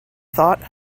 thought